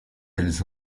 elles